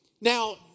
Now